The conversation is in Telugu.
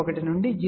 1 నుండి 0